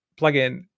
plugin